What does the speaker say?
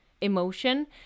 emotion